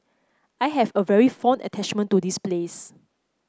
I have a very fond attachment to this place